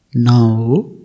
Now